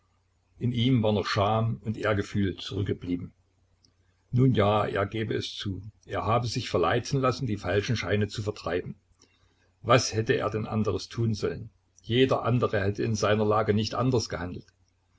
in ihm war noch scham und ehrgefühl zurückgeblieben nun ja er gebe es zu er habe sich verleiten lassen die falschen scheine zu vertreiben was hätte er denn anderes tun sollen jeder andere hätte in seiner lage nicht anders gehandelt